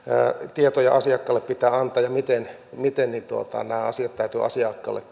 tietoja asiakkaalle pitää antaa ja miten miten nämä asiat täytyy asiakkaalle